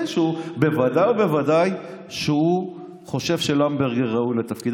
בוודאי ובוודאי שהוא חושב שלמברגר ראוי לתפקיד.